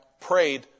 prayed